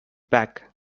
back